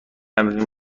این